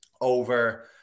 over